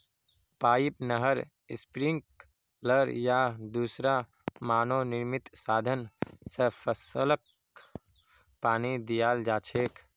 pipe, नहर, sprinkler या दूसरा मानव निर्मित साधन स फसलके पानी दियाल जा छेक